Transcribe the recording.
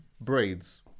braids